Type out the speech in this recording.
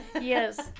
Yes